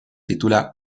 titula